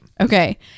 Okay